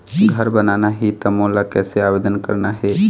घर बनाना ही त मोला कैसे आवेदन करना हे?